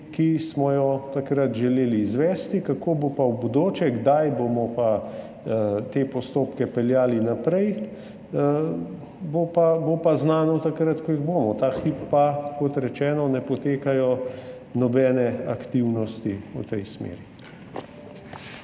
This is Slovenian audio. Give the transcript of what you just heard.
ki smo jo takrat želeli izvesti. Kako bo pa v bodoče, kdaj bomo te postopke peljali naprej, bo pa znano takrat, ko jih bomo. Ta hip pa, kot rečeno, ne potekajo nobene aktivnosti v tej smeri.